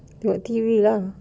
buat T_V lah